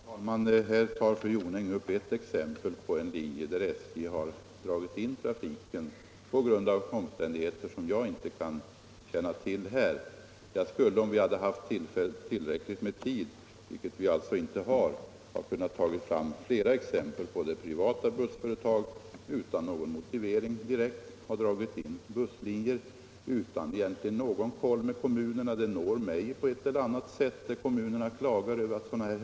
Herr talman! Här tar fru Jonäng som exempel en linje där SJ har dragit in trafiken på grund av omständigheter som jag inte känner till. Om vi haft tillräckligt med tid, vilket vi alltså inte har, skulle jag ha kunnat ta fram flera exempel på hur privata bussföretag utan någon direkt motivering och utan någon egentlig kontakt med kommunerna har dragit in busslinjer. Sådana här händelser når mig på ett eller annat sätt när kommunerna klagar över vad som skett.